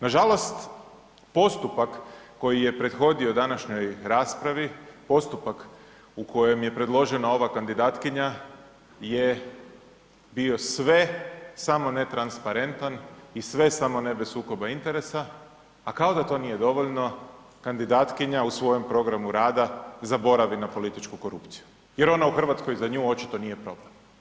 Nažalost postupak koji je prethodio današnjoj raspravi, postupak u kojem je predložena ova kandidatkinja je bio sve samo ne transparentan i sve samo ne bez sukoba interesa, a kao da to nije dovoljno kandidatkinja u svojem programu rada zaboravi na političku korupciju jer ona u Hrvatskoj za nju očito nije problem.